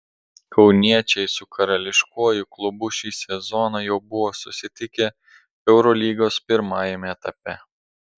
kauniečiai su karališkuoju klubu šį sezoną jau buvo susitikę eurolygos pirmajame etape